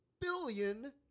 billion